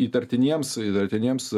įtartiniems įtartiniems